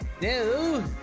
No